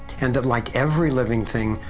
and that like every living thing,